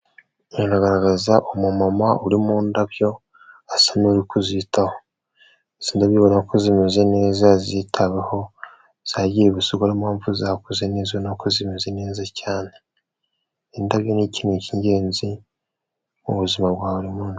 Haragaragara umumama uri mu ndabyo asa n'uri kuzitaho ubona ko zimeze neza zitaweho zagiye buso impamvu zakozeze nizo ni uko zimeze neza cyane. Indabyo ni ikintu cy'ingenzi mu buzima bwa buri munsi.